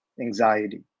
anxiety